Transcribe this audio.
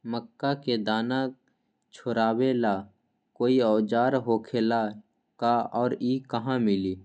मक्का के दाना छोराबेला कोई औजार होखेला का और इ कहा मिली?